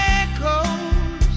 echoes